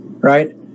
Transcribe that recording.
Right